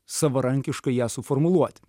savarankiškai ją suformuluoti